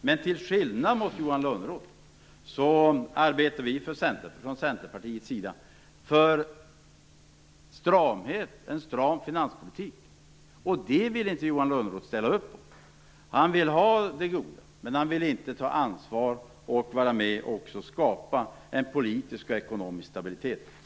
Men till skillnad från Johan Lönnroth arbetar vi från Centerpartiets sida för en stram finanspolitik, och det vill inte Johan Lönnroth ställa upp på. Han vill ha det goda, men han vill inte ta ansvar och vara med och skapa en politisk och ekonomisk stabilitet.